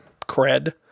cred